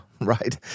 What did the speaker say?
right